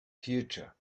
future